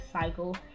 cycle